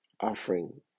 offering